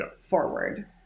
forward